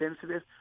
sensitive